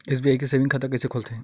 SBI के saving खाता कइसे खोलथे?